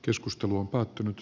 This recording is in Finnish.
keskustelu on päättynyt